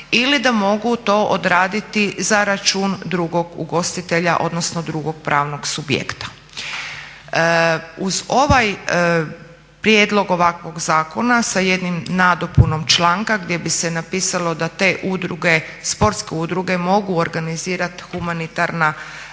ili da mogu to odraditi za račun drugog ugostitelja odnosno drugog pravnog subjekta. Uz ovaj prijedlog ovakvog zakona sa jednom nadopunom članka gdje bi se napisalo da te udruge, sportske udruge mogu organizirati humanitarna,